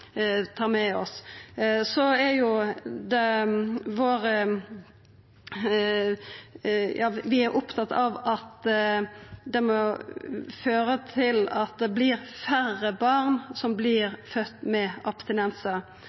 ta med oss. Vi er opptatt av at det må føra til at færre barn vert fødde med